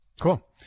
cool